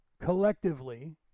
collectively